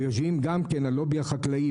ויושבים גם הלובי החקלאי,